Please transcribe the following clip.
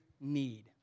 need